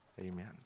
amen